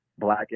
black